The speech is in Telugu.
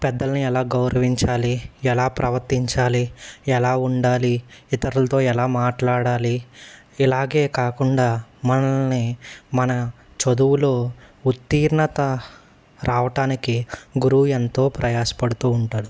పెద్దల్ని ఎలా గౌరవించాలి ఎలా ప్రవర్తించాలి ఎలా ఉండాలి ఇతరులతో ఎలా మాట్లాడాలి ఇలాగే కాకుండా మనల్ని మన చదువులో ఉత్తీర్ణత రావటానికి గురువు ఎంతో ప్రయాస్పడుతూ ఉంటారు